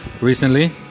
recently